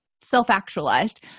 self-actualized